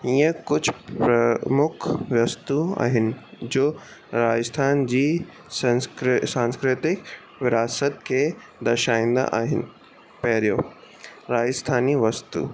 इअं कुझु प्रमुख वस्तू आहिनि जो राजस्थान जी संस्कृ सांस्कृतिक विरासत खे दर्शाईंदा आहिनि पहिरियों राजस्थानी वस्तू